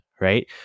Right